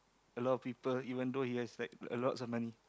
a lot of people even though he has like lots of money